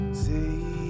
Say